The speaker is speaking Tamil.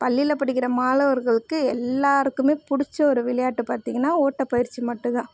பள்ளியில் படிக்கிற மாணவர்களுக்கு எல்லோருக்குமே பிடிச்ச ஒரு விளையாட்டு பார்த்தீங்கனா ஓட்டப்பயிற்சி மட்டும் தான்